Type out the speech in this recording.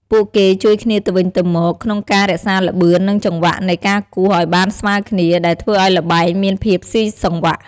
ពួកគេជួយគ្នាទៅវិញទៅមកក្នុងការរក្សាល្បឿន និងចង្វាក់នៃការគោះឲ្យបានស្មើគ្នា ដែលធ្វើឲ្យល្បែងមានភាពស៊ីសង្វាក់។